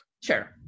Sure